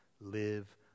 Live